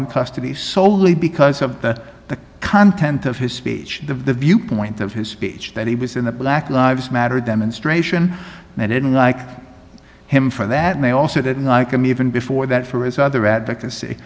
in custody soley because of the content of his speech the viewpoint of his speech that he was in the black lives matter demonstration and i didn't like him for that may also didn't like him even before that for his other advocacy